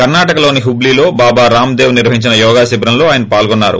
కర్పాటకలోని హుబ్బులీ లో బాబా రామ్ దేవ్ నిర్వహించిన యోగా శిబిరంలో ఆయన పాల్గొన్నారు